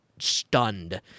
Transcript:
Stunned